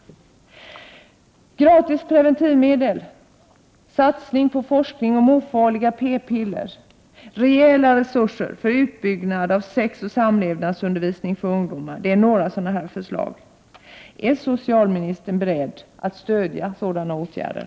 7 november 1988 Gratis preventivmedel, satsning på forskning om ofarliga p-piller och rejäla resurser för utbyggd sexoch samlevnadsundervisning för ungdomar är några förslag. Är socialministern beredd att stödja sådana åtgärder?